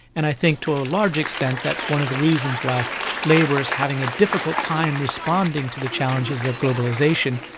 and i think to a large extent that's one of the reasons why labour is having a difficult time responding to the challenges of globalisation,